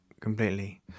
completely